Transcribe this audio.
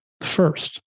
first